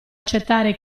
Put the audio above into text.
accettare